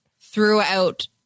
throughout